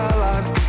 alive